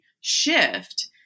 shift